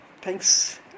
thanks